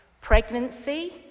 Pregnancy